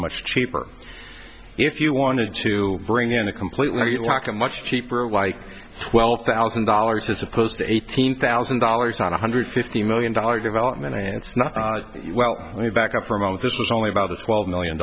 much cheaper if you wanted to bring in a completely and talk a much cheaper like twelve thousand dollars as opposed to eighteen thousand dollars on one hundred fifty million dollars development and it's not well let me back up for a moment this is only about the twelve million